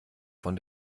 von